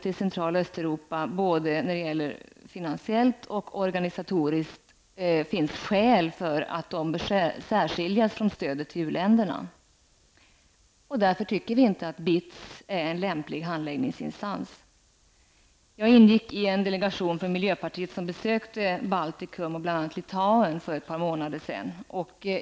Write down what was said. Vi tycker att det både finansiellt och organisatoriskt finns skäl för att stödet till Central och Östeuropa skall särskiljas från stödet till u-länderna. Vi tycker därför inte att BITS är en lämplig handläggningsinstans. Jag ingick i en delegation från miljöpartiet som för ett par månader sedan besökte Baltikum och Litauen.